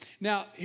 Now